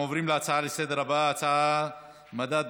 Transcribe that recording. נעבור להצעות לסדר-היום מס' 9898,